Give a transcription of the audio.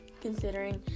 considering